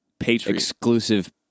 exclusive